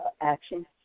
action